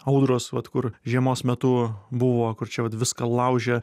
audros vat kur žiemos metu buvo kur čia vat viską laužė